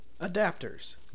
Adapters